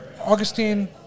Augustine